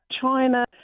China